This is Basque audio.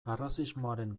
arrazismoaren